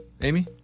Amy